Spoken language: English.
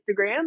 Instagram